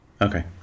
Okay